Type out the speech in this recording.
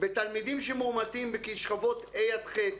יש 1,774 ילדים תלמידים מאומתים בשכבות ה' ח'.